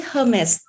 Hermes